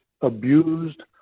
abused